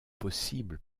possibles